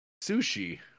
Sushi